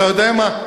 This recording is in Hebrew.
אתה יודע מה?